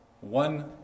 one